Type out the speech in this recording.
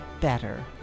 better